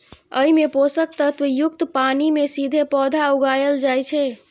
अय मे पोषक तत्व युक्त पानि मे सीधे पौधा उगाएल जाइ छै